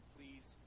Please